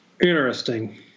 interesting